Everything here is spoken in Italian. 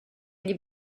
gli